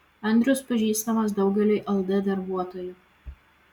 andrius pažįstamas daugeliui ld darbuotojų